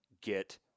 get